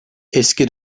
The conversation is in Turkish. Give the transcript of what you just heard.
eski